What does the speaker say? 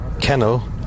kennel